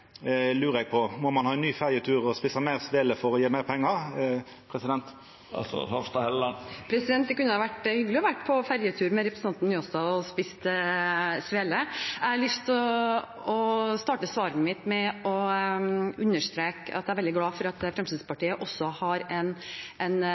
Må ein ta ein ny ferjetur og eta fleire sveler for å gje meir pengar? Det kunne vært hyggelig å være på ferjetur med representanten Njåstad og spise svele. Jeg har lyst til å starte svaret mitt med å understreke at jeg er veldig glad for at